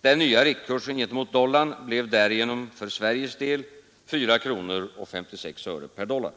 Den nya riktkursen gentemot dollarn blev därmed för Sveriges del 4 kronor och 56 öre per dollar.